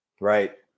right